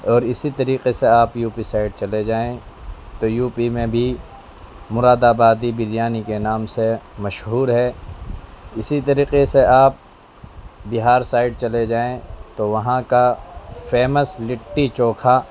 اور اسی طریقے سے آپ یو پی سائڈ چلے جائیں تو یو پی میں بھی مراد آبادی بریانی کے نام سے مشہور ہے اسی طریقے سے آپ بہار سائڈ چلے جائیں تو وہاں کا فیمس لٹی چوکھا